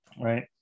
right